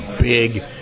big